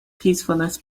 peacefulness